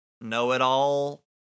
know-it-all